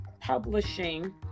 publishing